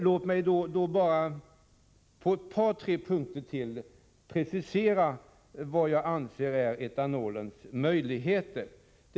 Låt mig då bara på ett par tre punkter till precisera vad jag anser vara etanolens möjligheter.